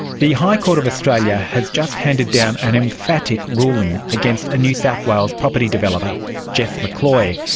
the high court of australia has just handed down an empathetic ruling against a new south wales property developer jeff mccloy.